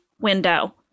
window